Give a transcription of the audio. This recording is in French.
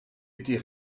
était